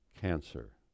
cancer